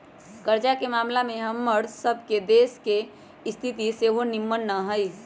कर्जा के ममला में हमर सभ के देश के स्थिति सेहो निम्मन न हइ